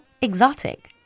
exotic